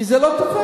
כי זה לא תופס.